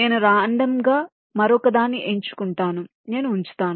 నేను రాండమ్ గా మరొకదాన్ని ఎంచుకుంటాను నేను ఉంచుతాను